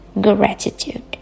gratitude